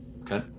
Okay